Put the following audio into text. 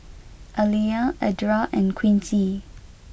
Aliyah Edra and Quincy